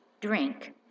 Drink